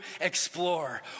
explore